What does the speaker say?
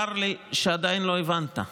צר לי שעדיין לא הבנת,